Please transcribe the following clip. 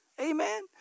Amen